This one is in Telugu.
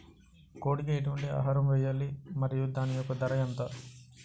కోడి కి ఎటువంటి ఆహారం వేయాలి? మరియు దాని యెక్క ధర ఎంత?